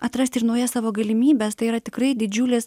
atrasti ir naujas savo galimybes tai yra tikrai didžiulis